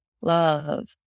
love